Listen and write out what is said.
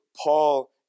Paul